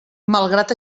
malgrat